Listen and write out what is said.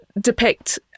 depict